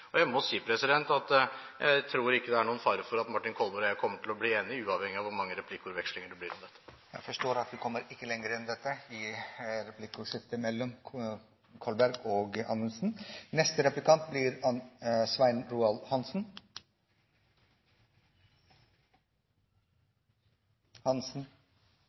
komiteen. Jeg må si at jeg ikke tror det er noen fare for at Martin Kolberg og jeg kommer til å bli enige, uavhengig av hvor mange replikkordvekslinger det blir om dette. Presidenten forstår at vi ikke kommer lenger i dette replikkordskiftet mellom representantene Kolberg og